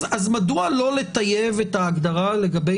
אז מדוע לא לטייב את ההגדרה לגבי